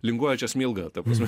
linguojančią smilgą ta prasme